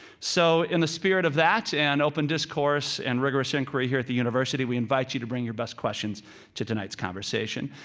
so in the spirit of that and open discourse and rigorous inquiry here at the university, we invite you to bring your best questions to tonight's conversation.